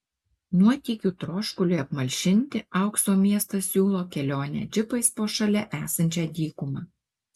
nuotykių troškuliui apmalšinti aukso miestas siūlo kelionę džipais po šalia esančią dykumą